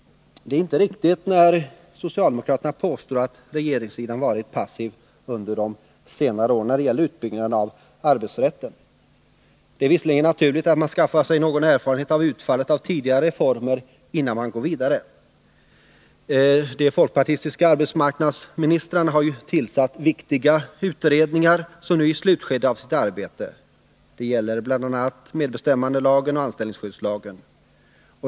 Det är inte riktigt när socialdemokraterna påstår att regeringssidan varit passiv under senare år när det gäller utbyggnaden av arbetsrätten. Det är naturligt att man skaffar sig någon erfarenhet av utfallet av tidigare reformer innan man går vidare. De folkpartistiska arbetsmarknadsministrarna har tillsatt viktiga utredningar som nu är i slutskedet av sitt arbete. Det gäller bl.a. utredningar om medbestämmandelagen och anställningsskyddslagen.